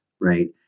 right